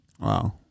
Wow